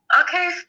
Okay